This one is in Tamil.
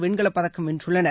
வெண்கலப்பதக்கம் வென்றுள்ளனர்